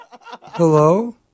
hello